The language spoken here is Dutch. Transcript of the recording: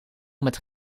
met